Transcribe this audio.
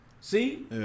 See